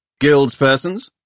Guildspersons